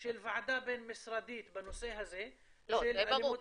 של ועדה בין משרדית בנושא הזה --- זה ברור,